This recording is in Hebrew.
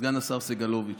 סגן השר סגלוביץ'